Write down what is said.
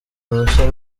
uruhushya